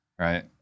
Right